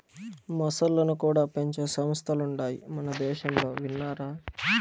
మొసల్లను కూడా పెంచే సంస్థలుండాయి మనదేశంలో విన్నారా